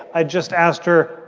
i just asked her,